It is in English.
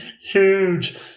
Huge